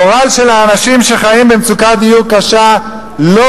הגורל של אנשים שחיים במצוקת דיור קשה לא